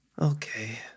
Okay